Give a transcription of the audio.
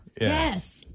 Yes